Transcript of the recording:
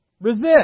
resist